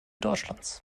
deutschlands